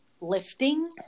lifting